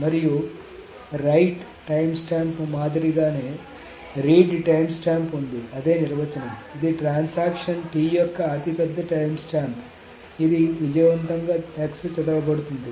మరియు write timestamp మాదిరిగానే read timestamp ఉంది అదే నిర్వచనం ఇది ట్రాన్సాక్షన్ T యొక్క అతిపెద్ద టైమ్స్టాంప్ ఇది విజయవంతంగా x చదవబడుతుంది